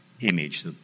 image